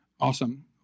Awesome